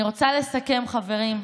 אני רוצה לסכם, חברים,